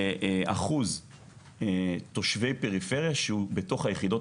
לאחוז תושבי פריפריה שהוא בתוך היחידות